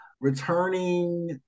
Returning